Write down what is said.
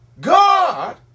God